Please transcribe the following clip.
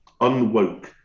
unwoke